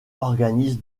organise